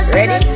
ready